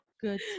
good